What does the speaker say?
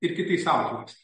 ir kitais autoriais